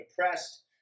depressed